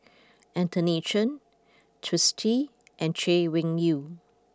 Anthony Chen Twisstii and Chay Weng Yew